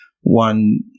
one